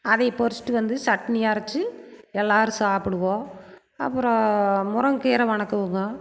அதையை பறிச்சுட்டு வந்து சட்னி அரைச்சி எல்லாேரும் சாப்பிடுவோம் அப்புறம் முருங்கக்கீரை வதக்குவோங்க